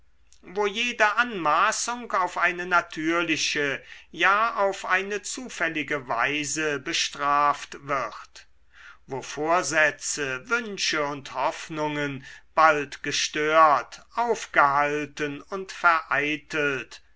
wo jede anmaßung auf eine natürliche ja auf eine zufällige weise bestraft wird wo vorsätze wünsche und hoffnungen bald gestört aufgehalten und vereitelt